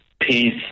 peace